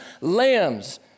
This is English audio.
lambs